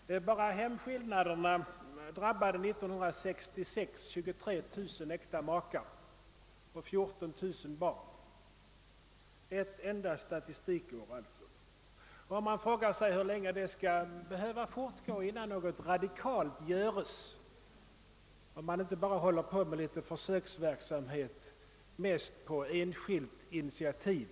Om vi bara ser på hemskillnaderna, finner vi att de år 1966 drabbade 23 000 äkta makar och 14 000 barn — ett enda statistikår alltså. Man frågar sig hur lång tid som skall behöva förflyta innan något radikalt görs, och det inte bara pågår litet försöksverksamhet med familjerådgivning — mest på enskilt initiativ.